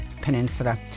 Peninsula